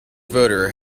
voter